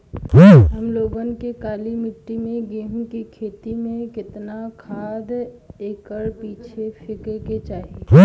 हम लोग के काली मिट्टी में गेहूँ के खेती में कितना खाद एकड़ पीछे फेके के चाही?